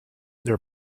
their